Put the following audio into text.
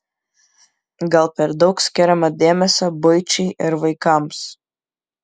gal per daug skiriama dėmesio buičiai ir vaikams